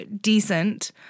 Decent